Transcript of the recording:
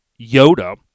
Yoda